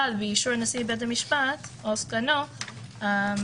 אבל באישור נשיא בית המשפט או סגנו אפשר